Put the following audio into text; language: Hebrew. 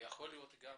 ויכול להיות גם